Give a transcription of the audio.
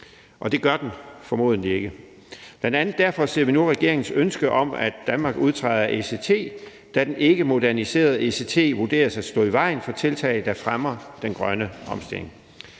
og det gør den formodentlig ikke. Bl.a. derfor ser vi nu regeringens ønske om, at Danmark udtræder af ECT, da den ikkemoderniserede ECT vurderes at stå i vejen for tiltag, der fremmer den grønne omstilling.